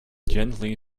gently